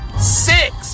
Six